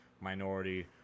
minority